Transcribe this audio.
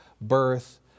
birth